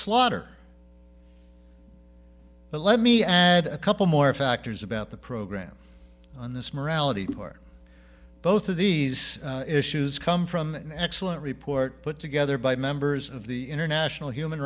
slaughter but let me add a couple more factors about the program on this morality where both of these issues come from an excellent report put together by members of the international human